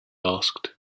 asked